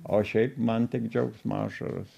o šiaip man tik džiaugsmo ašaros